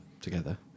together